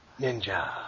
Ninja